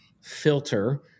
filter